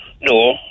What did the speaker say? No